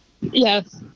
Yes